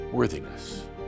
worthiness